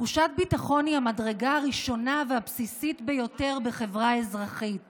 תחושת ביטחון היא המדרגה הראשונה והבסיסית ביותר בחברה אזרחית